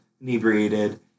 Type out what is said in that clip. inebriated